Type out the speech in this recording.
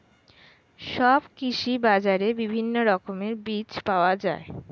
সব কৃষি বাজারে বিভিন্ন রকমের বীজ পাওয়া যায়